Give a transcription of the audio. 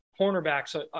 cornerbacks